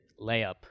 Layup